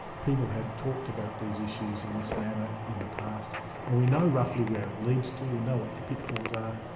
people have talked about these issues in this manner in the past and we know roughly where it leads to, we know what the pitfalls are,